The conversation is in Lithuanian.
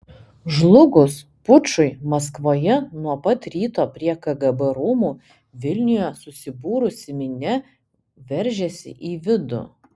žlugus pučui maskvoje nuo pat ryto prie kgb rūmų vilniuje susibūrusi minia veržėsi į vidų